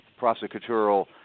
prosecutorial